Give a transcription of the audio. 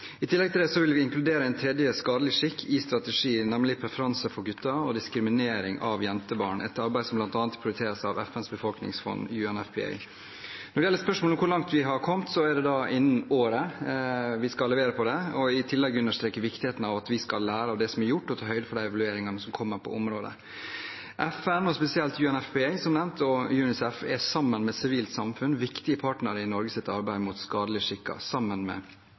I tillegg til dette vil vi inkludere en tredje skadelig skikk i strategien, nemlig preferanse for gutter og diskriminering av jentebarn, et arbeid som bl.a. prioriteres av FNs befolkningsfond, UNFPA. Når det gjelder spørsmålet om hvor langt vi har kommet, er det innen året vi skal levere på det. I tillegg vil jeg understreke viktigheten av at vi skal lære av det som er gjort, og ta høyde for de evalueringene som kommer på området. FN, og spesielt UNFPA, som nevnt, og UNICEF er – sammen med sivilt samfunn – viktige partnere i Norges arbeid mot skadelige skikker.